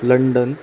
London